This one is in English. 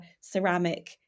ceramic